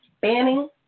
banning